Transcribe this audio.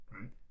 Right